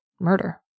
murder